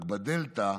רק מצד שני, בדלתא,